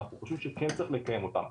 אנחנו חושבים שכן צריך לקיים אותן,